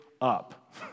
up